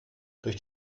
durch